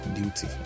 duty